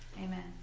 Amen